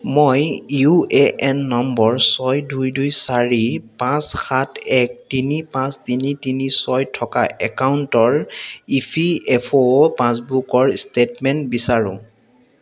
মই U A N number ছয় দুই দুই চাৰি পাঁচ সাত এক তিনি পাঁচ তিনি তিনি ছয় থকা একাউণ্টৰ ই পি এফ অ' পাছবুকৰ ষ্টেটমেণ্ট বিচাৰোঁ